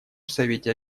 совете